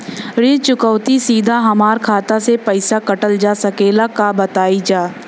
ऋण चुकौती सीधा हमार खाता से पैसा कटल जा सकेला का बताई जा?